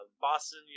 Boston